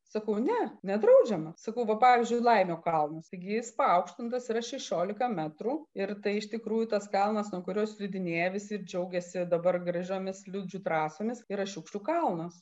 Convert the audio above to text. sakau ne nedraudžiama sakau va pavyzdžiui laimio kalno segintis paaukštintas yra šešiolika metrų ir tai iš tikrųjų tas kalnas nuo kurio slidinėja visi ir džiaugėsi dabar gražiomis slidžių trasomis yra šiukšlių kalnas